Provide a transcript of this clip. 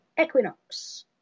equinox